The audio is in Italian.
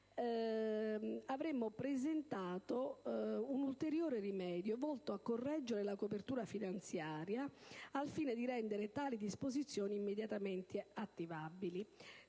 emendamenti) un ulteriore rimedio volto a correggere la copertura finanziaria, al fine di rendere tali disposizioni immediatamente attivabili.